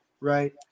right